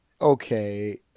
okay